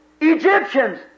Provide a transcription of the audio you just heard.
Egyptians